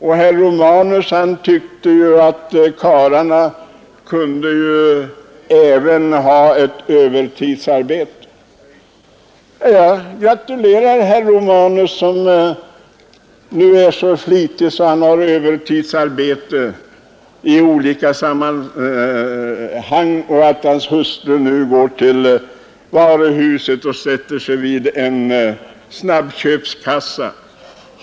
Herr Romanus tyckte ju också att männen kunde ha ett övertidsarbete. Ja, jag gratulerar herr Romanus, som är så flitig att han har övertidsarbete i olika sammanhang, om hans hustru skulle sätta sig vid en snabbköpskassa i ett varuhus.